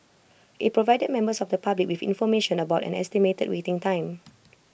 IT provided members of the public with information about an estimated waiting time